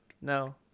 No